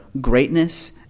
greatness